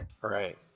Right